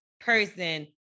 person